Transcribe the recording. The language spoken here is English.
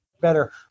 better